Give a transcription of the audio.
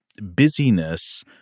busyness